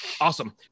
Awesome